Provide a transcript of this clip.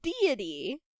deity